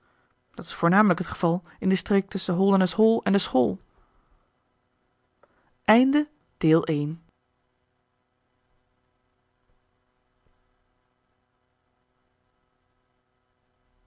dat is voornamelijk het geval in de streek tusschen holdernesse hall en de school